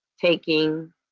taking